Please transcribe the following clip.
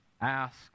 ask